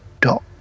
dot